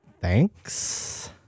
thanks